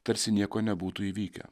tarsi nieko nebūtų įvykę